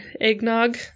eggnog